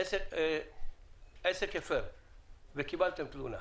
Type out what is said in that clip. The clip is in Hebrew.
עסק הפר וקיבלתם תלונה.